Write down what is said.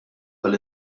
tal